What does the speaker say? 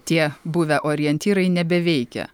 tie buvę orientyrai nebeveikia